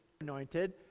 anointed